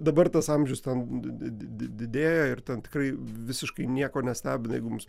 dabar tas amžius ten di di didėja ir tam tikrai visiškai nieko nestebina jeigu mums